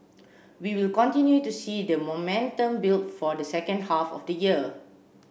we will continue to see the momentum build for the second half of the year